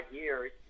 years